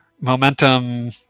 momentum